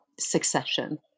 Succession